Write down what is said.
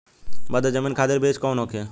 मध्य जमीन खातिर बीज कौन होखे?